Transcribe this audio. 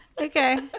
Okay